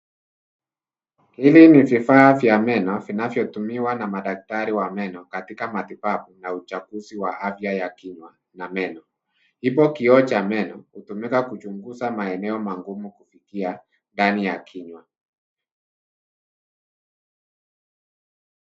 Hivi ni vifaa vya meno vinavyotumiwa na madaktari wa meno katika matibabu ya meno na uchafuzi wa afya ya kinywa na meno. Kipo kioo cha meno hutumika kuchunguza maeneo magumu ya ndani ya kinywa